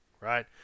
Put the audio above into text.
Right